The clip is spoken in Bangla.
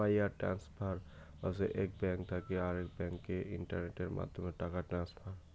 ওয়াইয়ার ট্রান্সফার হসে এক ব্যাঙ্ক থাকি আরেক ব্যাংকে ইন্টারনেটের মাধ্যমে টাকা ট্রান্সফার